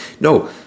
No